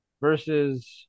versus